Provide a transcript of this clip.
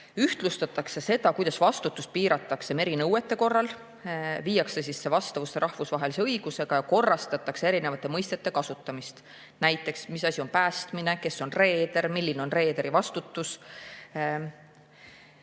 ühtlustatakse seda, kuidas piiratakse vastutust merinõuete korral, viiakse see vastavusse rahvusvahelise õigusega ja korrastatakse erinevate mõistete kasutamist. Näiteks, mis asi on päästmine, kes on reeder, milline on reederi vastutus,